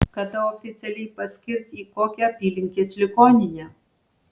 kada oficialiai paskirs į kokią apylinkės ligoninę